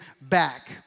back